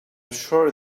sure